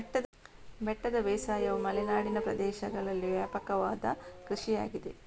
ಬೆಟ್ಟದ ಬೇಸಾಯವು ಮಲೆನಾಡಿನ ಪ್ರದೇಶಗಳಲ್ಲಿ ವ್ಯಾಪಕವಾದ ಕೃಷಿಯಾಗಿದೆ